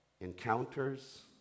encounters